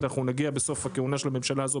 אנחנו נגיע בסוף הכהונה של הממשלה הזאת,